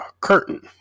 curtain